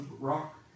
rock